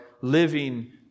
living